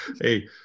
Hey